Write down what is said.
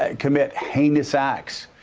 ah commit hay thus acts.